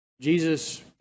Jesus